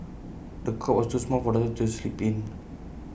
the cot was too small for the toddler to sleep in